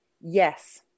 Yes